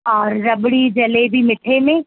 और रबड़ी जलेबी मिठे में